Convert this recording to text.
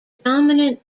dominant